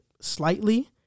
slightly